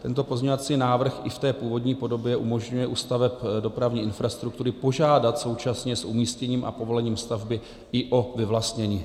Tento pozměňovací návrh i v té původní podobě umožňuje u staveb dopravní infrastruktury požádat současně s umístěním a povolením stavby i o vyvlastnění.